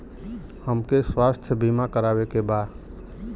हमके स्वास्थ्य बीमा करावे के बा?